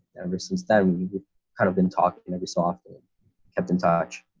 ever since then, we've kind of been talking every so often kept in touch.